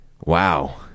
Wow